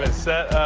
and set